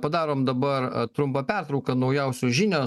padarom dabar trumpą pertrauką naujausios žinios